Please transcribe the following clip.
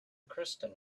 kristen